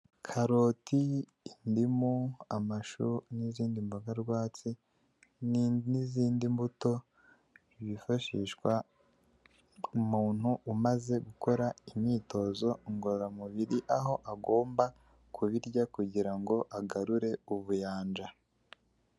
Karoti, indimu, amashu n'izindi mboga rwatsi n'izindi mbuto bifashishwa umuntu umaze gukora imyitozo ngororamubiri, aho agomba kubirya kugira ngo agarure ubuyanja.